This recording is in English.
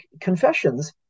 confessions